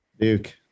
Duke